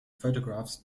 photographs